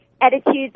attitudes